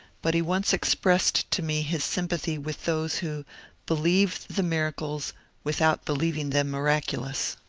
but he once expressed to me his sympathy with those who believe the miracles without believing them miraculous.